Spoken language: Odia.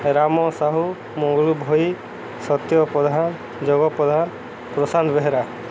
ରାମ ସାହୁ ମଙ୍ଗଲ ଭୋଇ ସତ୍ୟ ପ୍ରଧାନ ଜଗା ପ୍ରଧାନ ପ୍ରଶାନ୍ତ ବେହେରା